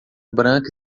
branca